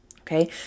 Okay